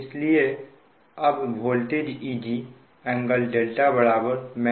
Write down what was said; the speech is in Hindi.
इसलिए अब वोल्टेज Eg Eg∟δ